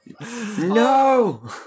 No